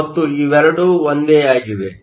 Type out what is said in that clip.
ಮತ್ತು ಇವೆರಡೂ ಒಂದೇ ಆಗಿವೆ